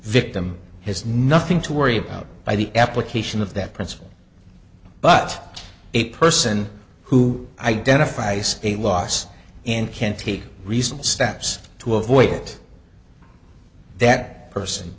victim has nothing to worry about by the application of that principle but a person who identifies a loss and can take reasonable steps to avoid it that person